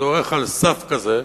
שדורך על סף כזה,